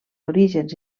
orígens